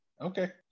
Okay